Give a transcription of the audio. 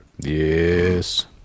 Yes